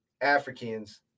Africans